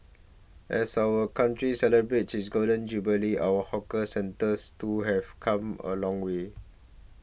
as our country celebrates its Golden Jubilee our hawker centres too have come a long way